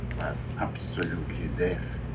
was absolutely deaf,